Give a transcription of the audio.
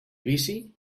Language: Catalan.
vici